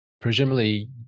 presumably